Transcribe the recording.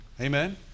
amen